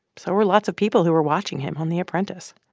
so were lots of people who were watching him on the apprentice.